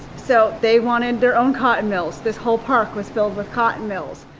so they wanted their own cotton mills. this whole park was filled with cotton mills,